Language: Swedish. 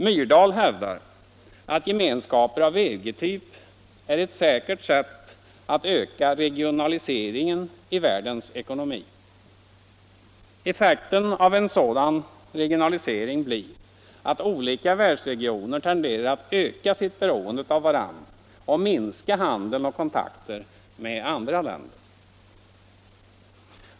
Myrdal hävdar, att gemenskaper av EG-typ är ett säkert sätt att öka regionaliseringen i världens ekonomi. Effekten av en sådan regionalisering blir att olika världsregioner tenderar att öka sitt beroende av varandra och minska handel och kontakter med andra länder.